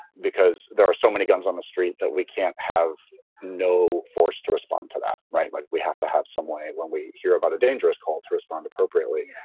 because there are so many guns on the street that we can't have no force to respond to that. right. like we have to have some way when we hear about a dangerous call to respond appropriately.